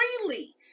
freely